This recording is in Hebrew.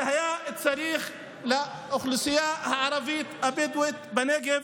זה היה צריך להיות לאוכלוסייה הערבית הבדואית בנגב.